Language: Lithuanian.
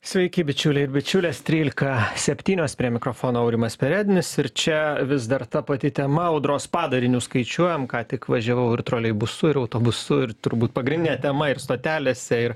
sveiki bičiuliai ir bičiulės trylika septynios prie mikrofono aurimas perednis ir čia vis dar ta pati tema audros padarinius skaičiuojam ką tik važiavau ir troleibusu ir autobusu ir turbūt pagrindinė tema ir stotelėse ir